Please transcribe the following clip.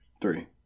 Three